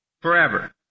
Forever